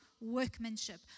workmanship